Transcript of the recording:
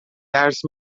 درس